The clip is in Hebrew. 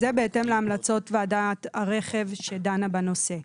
זה בהתאם להמלצות ועדת הרכב שדנה בנושא.